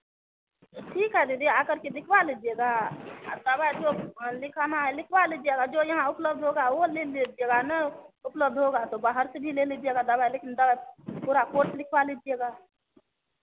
ठीक है दीदी आकर के दिखवा लीजिएगा दवाई जो लिखाना है लिखवा लीजिएगा जो यहाँ उपलब्ध होगा वो ले लीजिएगा नहीं उपलब्ध होगा तो बाहर से भी ले लीजिएगा दवाई लेकिन दवा पूरा कोर्स लिखवा लीजिएगा